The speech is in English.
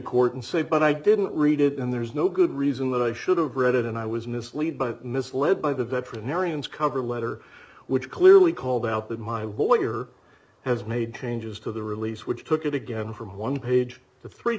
court and say but i didn't read it and there's no good reason that i should have read it and i was mislead by misled by the veterinarian's cover letter which clearly called out that my warrior has made changes to the release which took it again from one page to three